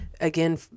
again